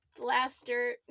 Blaster